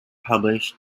published